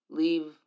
leave